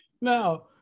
now